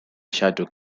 shadow